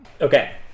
Okay